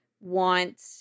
want